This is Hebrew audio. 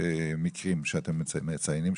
מקרים שאתם מציינים.